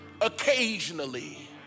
occasionally